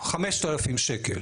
5,000 שקל.